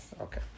Okay